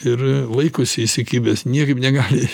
ir laikosi įsikibęs niekaip negali